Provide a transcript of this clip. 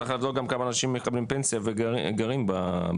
צריך לבדוק גם כמה אנשים מקבלים פנסיה וגרים במקבצים.